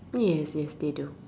yes yes they do